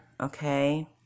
okay